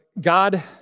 God